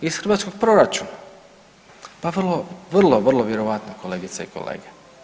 Iz hrvatskog proračuna, pa vrlo, vrlo, vrlo vjerojatno kolegice i kolege.